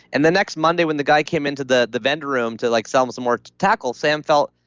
and the next monday when the guy came into the the vendor room to like sell him some more to tackle sam felt,